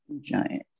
Giant